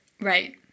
Right